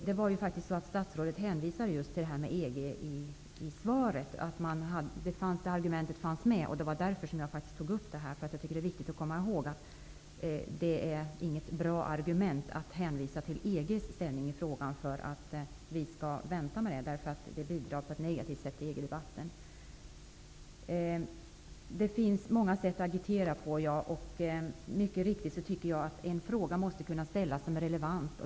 Herr talman! Statsrådet hänvisade faktiskt just till detta med EG i sitt svar. Det argumentet fanns med, och det var därför som jag tog upp detta. Det är viktigt att komma ihåg att det inte är något bra argument för att vi skall vänta, att hänvisa till EG:s ställning i frågan. Det inverkar på ett negativt sätt i Det finns många sätt att agitera på. Jag tycker mycket riktigt att en fråga som är relevant måste kunna ställas.